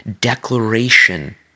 declaration